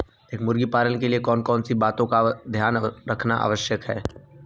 मुर्गी पालन के लिए कौन कौन सी बातों का ध्यान रखना आवश्यक है?